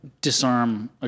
disarm